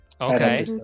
Okay